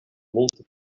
multe